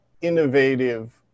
innovative